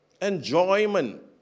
Enjoyment